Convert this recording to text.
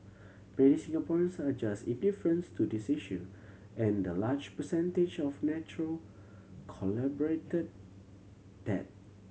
many Singaporeans are just indifference to this issue and the large percentage of neutral corroborated that